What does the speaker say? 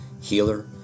healer